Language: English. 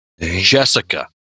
Jessica